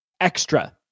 extra